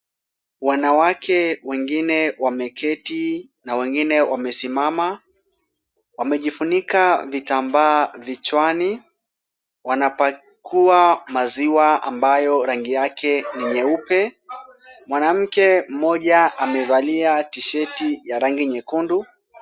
Wanawake wengine wameketi na wengine wamesimama, wamejifunika vitambaa vichwani, wanapakua maziwa ambayo rangi yake ni nyeupe, mwanamke mmoja amevalia tishati ya rangi nyekundu.